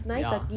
ya